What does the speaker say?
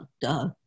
duh